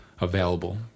available